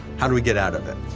how do we get out of it?